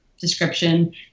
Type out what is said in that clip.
description